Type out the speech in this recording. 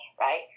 right